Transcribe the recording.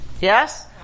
Yes